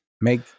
make